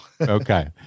Okay